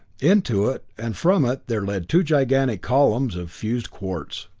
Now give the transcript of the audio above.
into it, and from it there led two gigantic columns of fused quartz.